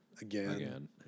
again